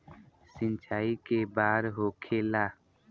सिंचाई के बार होखेला?